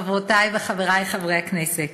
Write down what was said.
חברותי וחברי חברי הכנסת,